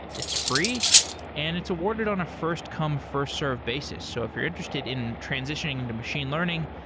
it's free and it's awarded on a first-come first-served basis. so if you're interested in transitioning into machine learning,